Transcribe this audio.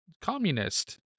communist